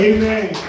Amen